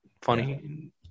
funny